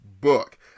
book